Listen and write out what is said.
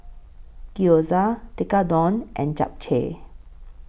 Gyoza Tekkadon and Japchae